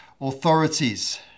authorities